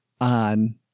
on